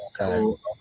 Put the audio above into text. Okay